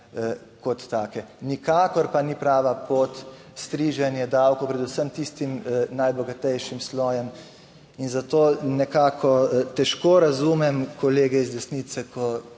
kot take. Nikakor pa ni prava pot striženje davkov, predvsem tistim najbogatejšim slojem in zato nekako težko razumem kolege iz desnice, ko